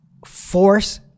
force